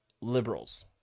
liberals